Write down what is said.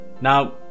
Now